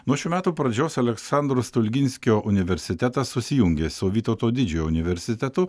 nuo šių metų pradžios aleksandro stulginskio universitetas susijungė su vytauto didžiojo universitetu